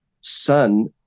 son